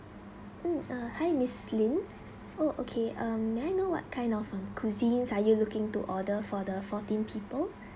mm hi miss lynn oh okay may I know what kind of cuisines are you looking to order for the fourteen people